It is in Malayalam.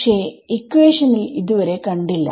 പക്ഷെ ഇക്വാഷനിൽ ഇതുവരെ കണ്ടില്ല